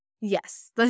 Yes